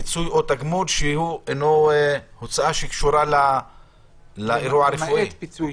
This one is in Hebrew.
פיצוי או תגמול שאינו הוצאה שקשורה לאירוע עצמו?